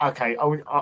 Okay